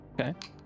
Okay